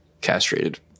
castrated